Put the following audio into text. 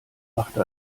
machte